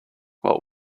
what